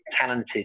talented